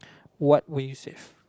what will you save